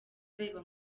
areba